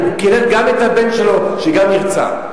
הוא קילל גם את הבן שלו, שגם נרצח.